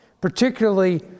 particularly